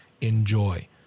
enjoy